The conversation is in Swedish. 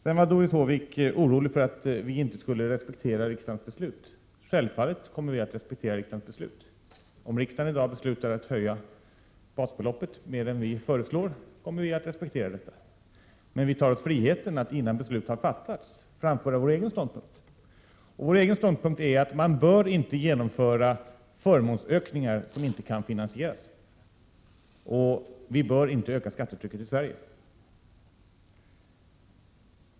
Sedan var Doris Håvik orolig för att vi inte skulle respektera riksdagens beslut. Självfallet kommer vi att respektera riksdagens beslut. Om riksdagen i dag beslutar att höja basbeloppet mer än vi föreslår, kommer vi att respektera detta. Men vi tar oss friheten att innan beslutet har fattats framföra vår egen ståndpunkt. Denna är att man inte bör genomföra förmånsökningar som inte kan finansieras, och vi bör inte öka skattetrycket i Sverige.